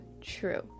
true